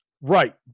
Right